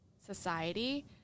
society